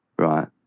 Right